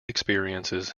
experiences